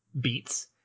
beats